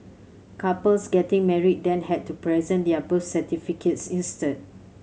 couples getting married then had to present their birth certificates instead